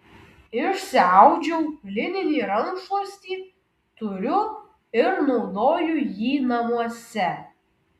išsiaudžiau lininį rankšluostį turiu ir naudoju jį namuose